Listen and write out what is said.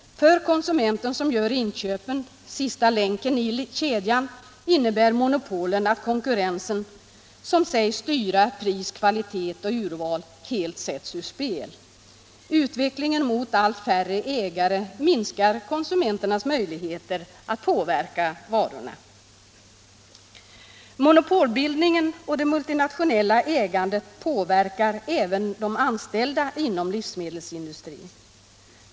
För konsumenten som gör inköpen, sista länken i kedjan, innebär monopolen att konkurrensen som sägs styra pris, kvalitet och urval helt sätts ur spel. Utvecklingen mot allt färre ägare minskar konsumenternas möjligheter att påverka varorna. Monopolbildningen och det multinationella ägandet påverkar även de anställda inom livsmedelsindustrin.